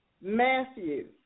Matthew